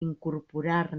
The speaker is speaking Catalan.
incorporar